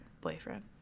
boyfriend